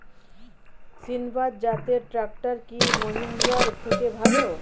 সিণবাদ জাতের ট্রাকটার কি মহিন্দ্রার থেকে ভালো?